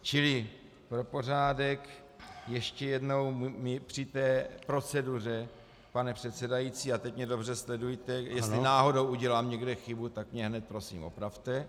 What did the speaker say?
Čili pro pořádek ještě jednou při proceduře, pane předsedající, a teď mě dobře sledujte, jestli náhodou udělám někde chybu, tak mě hned prosím opravte.